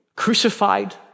crucified